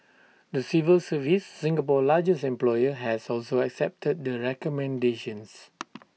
the civil service Singapore's largest employer has also accepted the recommendations